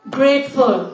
grateful